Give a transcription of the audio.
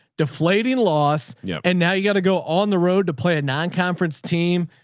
deflating loss. yeah and now you got to go on the road to play a non-conference team.